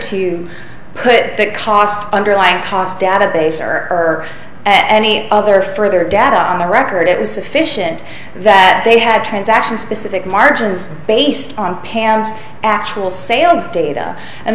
to put the cost underlying cost database or any other further data on the record it was sufficient that they had transaction specific margins based on pan's actual sales data and